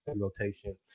rotation